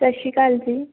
ਸਤਿ ਸ਼੍ਰੀ ਅਕਾਲ ਜੀ